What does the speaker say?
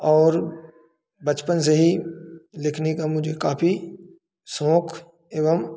और बचपन से ही लिखने का मुझे काफी शौक़ एवं